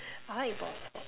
I like ball sports